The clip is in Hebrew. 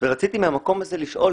ורציתי מהמקום הזה לשאול,